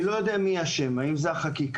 אני לא יודע מי אשם האם זה החקיקה,